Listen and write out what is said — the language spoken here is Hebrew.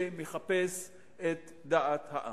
שמחפש את דעת העם.